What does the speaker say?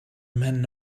mhen